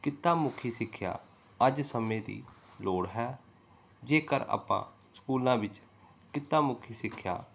ਕਿੱਤਾ ਮੁਖੀ ਸਿੱਖਿਆ ਅੱਜ ਸਮੇਂ ਦੀ ਲੋੜ ਹੈ ਜੇਕਰ ਆਪਾਂ ਸਕੂਲਾਂ ਵਿੱਚ ਕਿੱਤਾ ਮੁਖੀ ਸਿੱਖਿਆ